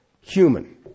Human